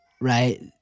right